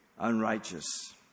Unrighteous